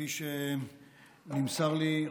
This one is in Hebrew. וכפי שנמסר לי,